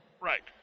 Right